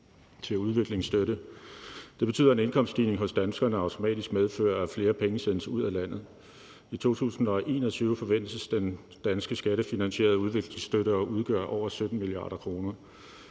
til udviklingsstøtte. Det betyder, at en indkomststigning hos danskerne automatisk medfører, at flere penge sendes ud af landet. I 2021 forventes den danske skattefinansierede udviklingsstøtte at udgøre over 17 mia. kr.